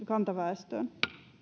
kantaväestöön